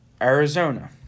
Arizona